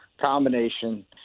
combination